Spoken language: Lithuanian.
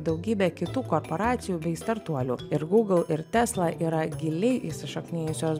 daugybė kitų korporacijų bei startuolių ir google ir tesla yra giliai įsišaknijusios